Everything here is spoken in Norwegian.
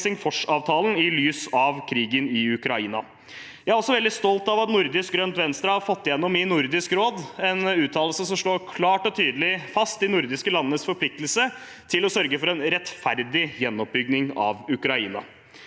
i lys av krigen i Ukraina. Jeg er veldig stolt av at Nordisk grønt venstre har fått igjennom en uttalelse i Nordisk råd som slår klart og tydelig fast de nordiske landenes forpliktelse til å sørge for en rettferdig gjenoppbygging av Ukraina.